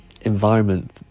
environment